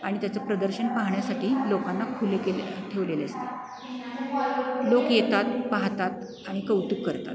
आणि त्याचं प्रदर्शन पाहण्यासाठी लोकांना खुले केले ठेवलेले असते लोक येतात पाहतात आणि कौतुक करतात